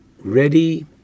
ready